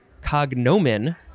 cognomen